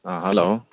hello